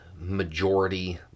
majority